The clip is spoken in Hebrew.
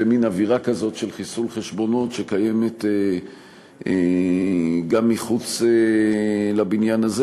במין אווירה כזאת של חיסול חשבונות שקיימת גם מחוץ לבניין הזה,